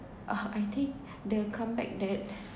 uh I think the come back that